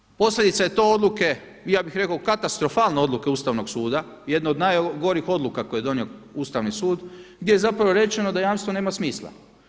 Međutim, posljedica je to odluke i ja bih rekao katastrofalne odluke Ustavnog suda, jedne od najgorih odluka koje je donio Ustavni sud gdje je zapravo rečeno da jamstvo nema smisla.